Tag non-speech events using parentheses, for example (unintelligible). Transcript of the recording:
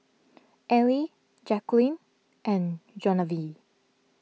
Allie Jaquelin and (unintelligible)